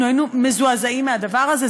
אנחנו היינו מזועזעים מהדבר הזה.